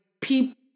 people